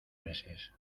meses